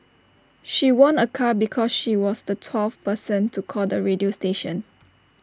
she won A car because she was the twelfth person to call the radio station